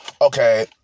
Okay